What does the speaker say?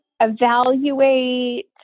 evaluate